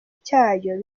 cyayo